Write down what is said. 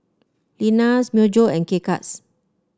Lenas Myojo and K Cuts